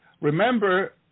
Remember